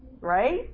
Right